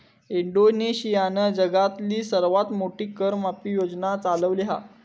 इंडोनेशियानं जगातली सर्वात मोठी कर माफी योजना चालवली हा